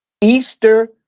Easter